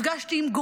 נפגשתי עם נתניהו,